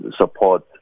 support